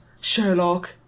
Sherlock